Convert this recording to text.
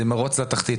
זה מרוץ לתחתית.